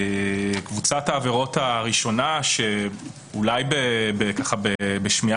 קבוצת העבירות הראשונה - שאולי בשמיעה